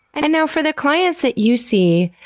and and for the clients that you see,